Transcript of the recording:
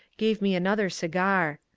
gave me another cigar.